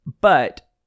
but-